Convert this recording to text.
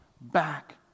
back